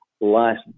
last